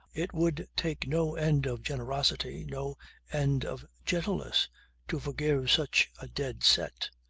it would take no end of generosity, no end of gentleness to forgive such a dead set.